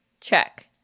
Check